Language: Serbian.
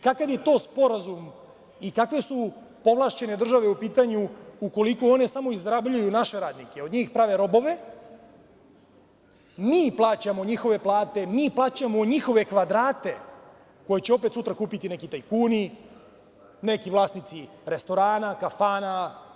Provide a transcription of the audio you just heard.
Kakav je to sporazum i kakve su povlašćene države u pitanju ukoliko one samo izrabljuju naše radnike, od njih prave robove, mi plaćamo njihove plate, mi plaćamo njihove kvadrate koje će opet sutra kupiti neki tajkuni, neki vlasnici restorana, kafana?